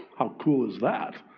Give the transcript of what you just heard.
how cool is that?